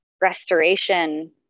restoration